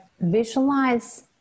visualize